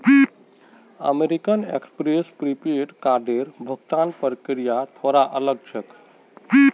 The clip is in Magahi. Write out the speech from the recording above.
अमेरिकन एक्सप्रेस प्रीपेड कार्डेर भुगतान प्रक्रिया थोरा अलग छेक